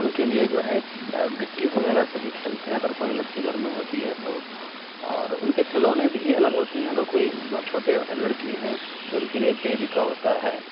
اُن کے لیے جو ہیں گٹّی وغیرہ سے بھی کھیلتے ہیں اگر کوئی لڑکی گھر میں ہوتی ہے تو اور اُن کے کھلونے بھی الگ ہوتے ہیں اگر کوئی چھوٹے لڑکی ہیں تو اُن کے لیے بے بی کا ہوتا ہے